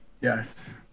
Yes